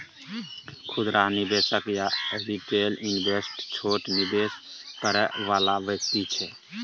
खुदरा निवेशक या रिटेल इन्वेस्टर छोट निवेश करइ वाला व्यक्ति छै